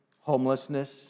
homelessness